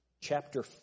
chapter